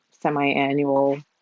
semi-annual